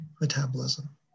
metabolism